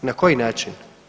Na koji način?